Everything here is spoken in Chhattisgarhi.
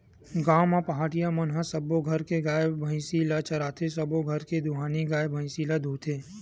गाँव म पहाटिया मन ह सब्बो घर के गाय, भइसी ल चराथे, सबो घर के दुहानी गाय, भइसी ल दूहथे